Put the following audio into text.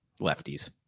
lefties